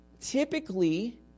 typically